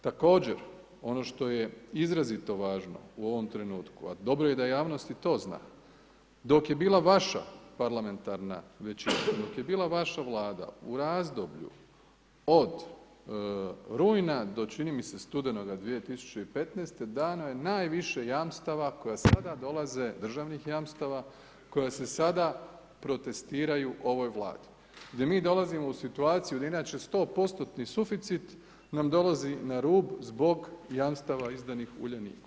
Također ono što je izrazito važno u ovom trenutku a dobro je da javnost i to zna, dok je bila vaša parlamentarna većina, dok je bila vaša Vlada u razdoblju od rujna do čini mi se studenoga 2015. dano je najviše jamstava koja sada dolaze, državnih jamstava koja se sada protestiraju ovoj Vladi gdje mi dolazimo u situaciju da inače 100%-tni suficit nam dolazi na rub zbog jamstava izdanih Uljaniku.